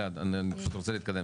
אני רוצה להתקדם.